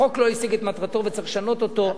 החוק לא השיג את מטרתו וצריך לשנות אותו.